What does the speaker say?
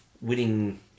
winning